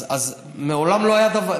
אז מעולם לא היה דבר,